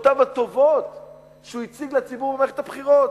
הטובות שהוא הציג לציבור במערכת הבחירות.